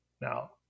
now